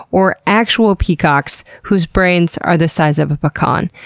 or actual peacocks, whose brains are the size of a pecan?